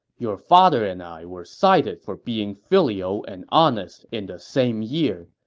your father and i were cited for being filial and honest in the same year,